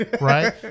Right